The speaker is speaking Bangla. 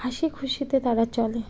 খাশি খুশিতে তারা চলে